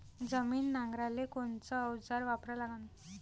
जमीन नांगराले कोनचं अवजार वापरा लागन?